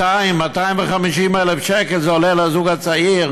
200,000 250,000 שקל זה עולה לזוג הצעיר,